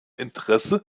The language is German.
interesse